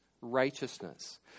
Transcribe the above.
righteousness